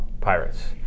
Pirates